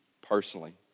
personally